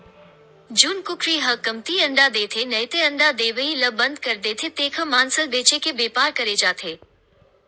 जउन कुकरी ह कमती अंडा देथे नइते अंडा देवई ल बंद कर देथे तेखर मांस ल बेचे के बेपार करे जाथे